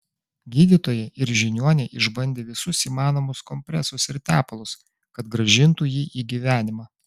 gydytojai ir žiniuoniai išbandė visus įmanomus kompresus ir tepalus kad grąžintų jį į gyvenimą